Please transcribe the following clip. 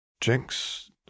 Jinx